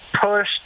push